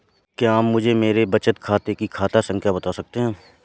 क्या आप मुझे मेरे बचत खाते की खाता संख्या बता सकते हैं?